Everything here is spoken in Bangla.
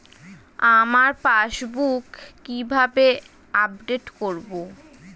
আমার পাসবুক কিভাবে আপডেট করবো?